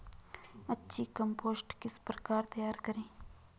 अच्छी कम्पोस्ट किस प्रकार तैयार करें?